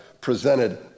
presented